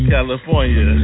California